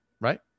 right